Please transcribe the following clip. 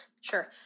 sure